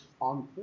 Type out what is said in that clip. on